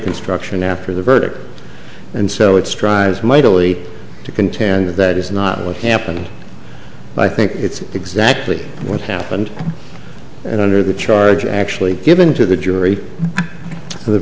construction after the verdict and so it strives mightily to contend that that is not what happened but i think it's exactly what happened and under the charge actually given to the jury the